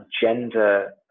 gender